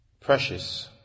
precious